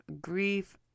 grief